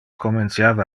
comenciava